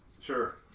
sure